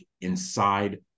inside